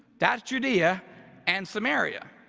that's judea and samaria.